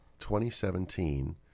2017